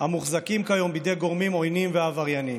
המוחזקים כיום בידי גורמים עוינים ועברייניים.